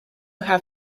have